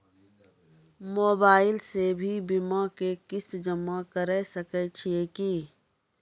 Mobile से भी बीमा के किस्त जमा करै सकैय छियै कि?